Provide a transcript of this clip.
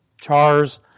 chars